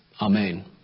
Amen